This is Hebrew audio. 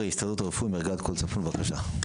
הר"י, הסתדרות הרופאים, ערגת-כל צפון, בבקשה.